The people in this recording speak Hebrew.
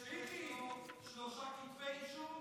מי שיש לו שלושה כתבי אישום?